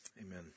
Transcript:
Amen